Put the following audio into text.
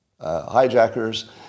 hijackers